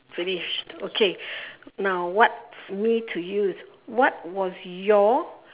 finished okay now what's me to you is what was your